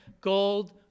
gold